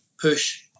push